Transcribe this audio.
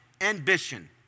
ambition